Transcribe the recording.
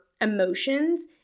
emotions